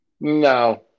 No